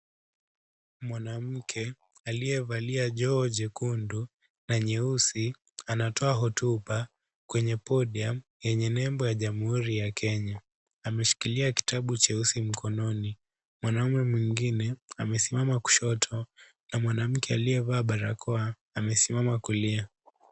Mwanamke, aliyevalia joho jekundu, na nyeusi, anatoa hotuba, kwenye podium , yenye nembo ya jamuhuri ya Kenya, ameshikilia kitabu cheusi mkononi, mwanaume mwingine amesimama kushoto, na mwanamke aliyevaa barakoa amesimama kulia.